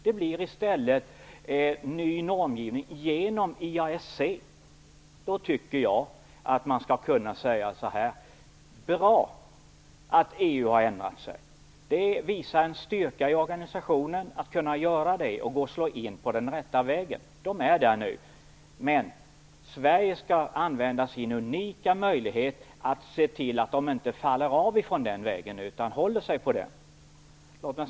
Det blir i stället ny normgivning genom IASC. Då tycker jag att man skall kunna säga att det är bra att EU har ändrat sig. Det visar på en styrka i organisationen att man kan ändra sig och slå in på den rätta vägen. Nu är man där. Men Sverige skall använda sin unika möjlighet att se till att EU inte viker av från vägen utan håller sig på den. Herr talman!